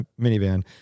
minivan